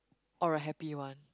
or a happy one